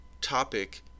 topic